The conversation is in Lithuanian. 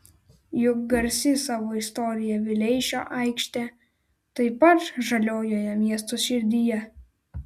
juk garsi savo istorija vileišio aikštė taip pat žaliojoje miesto širdyje